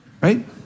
right